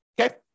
okay